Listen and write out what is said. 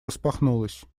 распахнулась